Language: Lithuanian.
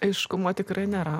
aiškumo tikrai nėra